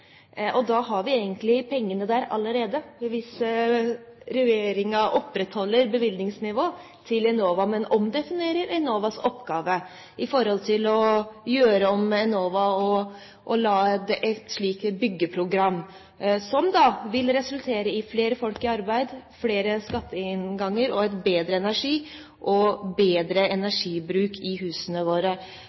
har egentlig pengene der allerede hvis regjeringen opprettholder bevilgningsnivået til Enova, men omdefinerer Enovas oppgave i forhold til å lage et slikt byggeprogram, som vil resultere i flere folk i arbeid, mer skatteinngang, bedre energi og bedre energibruk i husene våre.